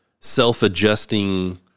self-adjusting